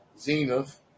Zenith